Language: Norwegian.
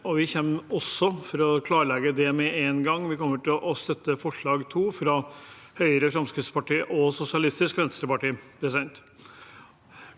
vi kommer også, for å klarlegge det med en gang, til å støtte forslag nr. 2, fra Høyre, Fremskrittspartiet og Sosialistisk Venstreparti.